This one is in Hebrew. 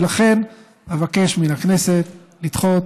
ולכן, אבקש מן הכנסת לדחות